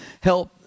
Help